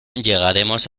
llegaremos